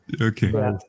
Okay